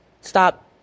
stop